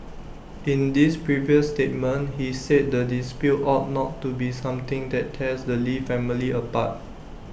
in this previous statement he said the dispute ought not to be something that tears the lee family apart